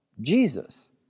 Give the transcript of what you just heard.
Jesus